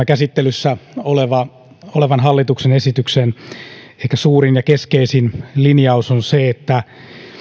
käsittelyssä olevan hallituksen esityksen ehkä suurin ja keskeisin linjaus on se että